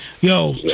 yo